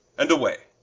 and away.